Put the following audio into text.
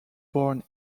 born